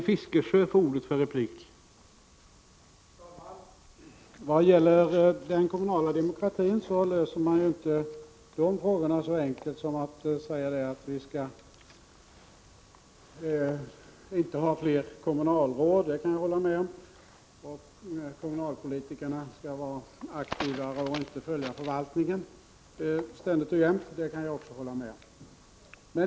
Herr talman! Frågan om den kommunala demokratin löser man inte så enkelt som genom att säga att vi inte skall ha fler kommunalråd — det kan jag hålla med om — och att kommunalpolitikerna skall vara aktivare och inte ständigt och jämt bara följa förvaltningens förslag; det kan jag också hålla med om.